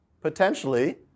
potentially